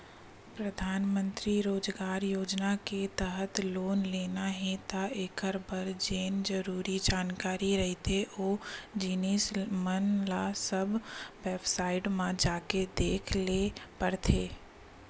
परधानमंतरी रोजगार योजना के तहत लोन लेना हे त एखर बर जेन जरुरी जानकारी रहिथे ओ जिनिस मन ल सब बेबसाईट म जाके देख ल परथे